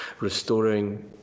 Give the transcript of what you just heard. restoring